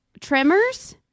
Tremors